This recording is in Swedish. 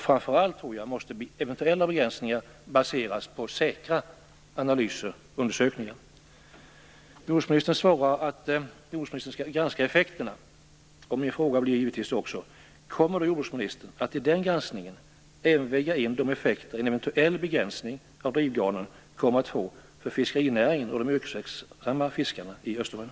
Framför allt måste, tror jag, eventuella begränsningar baseras på säkra analyser och undersökningar. Jordbruksministern svarar att jordbruksministern skall granska effekterna. Min fråga blir då givetvis: Kommer då jordbruksministern att i den granskningen även väga in de effekter en eventuell begränsning av drivgarnen kommer att få för fiskerinäringen och de yrkesverksamma fiskarna i Östersjön?